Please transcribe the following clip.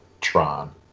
Tron